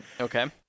Okay